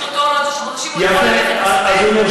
יש לו תור לעוד שלושה חודשים, הוא יכול ללכת לשדה?